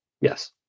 Yes